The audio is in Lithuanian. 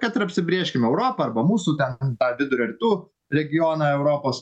kad ir apsibrėžkim europą arba mūsų ten tą vidurio rytų regioną europos